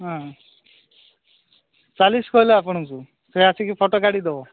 ହଁ ଚାଳିଶ କହିଲେ ଆପଣଙ୍କୁ ସେ ଆସିକି ଫଟୋ କାଢ଼ିଦେବ